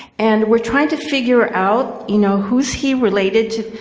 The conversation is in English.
and we're trying to figure out, you know, who's he related to?